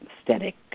aesthetic